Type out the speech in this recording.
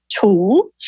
tool